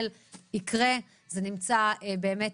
היא תצא לפועל, אבל היא תיעשה יותר מהר.